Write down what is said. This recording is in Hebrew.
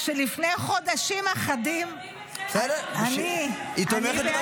שלפני חודשים אחדים --- אבל תלמידי